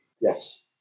Yes